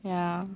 ya